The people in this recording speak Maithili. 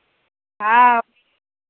हँ